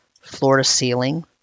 floor-to-ceiling